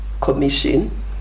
commission